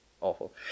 awful